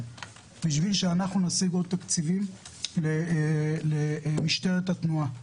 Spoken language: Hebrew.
כדי שאנחנו נשיג עוד תקציבים למשטרת התנועה.